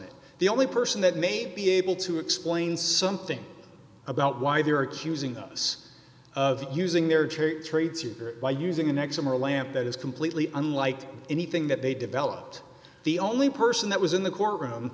it the only person that may be able to explain something about why they are accusing us of using their chariot trades or by using a next summer lamp that is completely unlike anything that they developed the only person that was in the courtroom